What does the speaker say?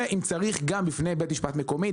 ואם צריך גם בבית משפט מקומי,